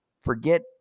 Forget